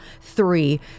three